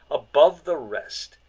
above the rest,